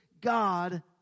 God